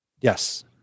Yes